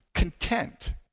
content